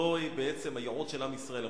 זהו בעצם הייעוד של עם ישראל.